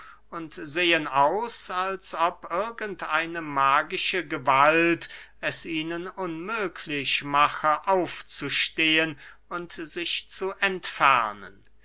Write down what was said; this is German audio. und sehen aus als ob irgend eine magische gewalt es ihnen unmöglich mache aufzustehen und sich zu entfernen